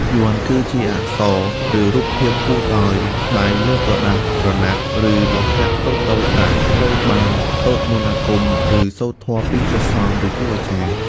យ័ន្តគឺជាអក្សរ ឬរូបភាពគូរដោយដៃលើក្រដាស ក្រណាត់ ឬលោហៈតូចៗ ដែលត្រូវបានសូត្រមន្តអាគម ឬសូត្រធម៌ពីព្រះសង្ឃ ឬគ្រូអាចារ្យ។